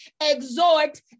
exhort